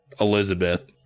Elizabeth